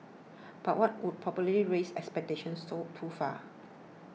but that would probably raise expectations to too far